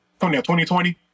2020